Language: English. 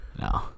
No